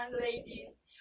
ladies